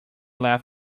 left